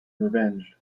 revenged